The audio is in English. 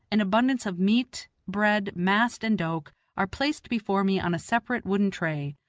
an abundance of meat, bread, mast and doke are placed before me on a separate wooden tray,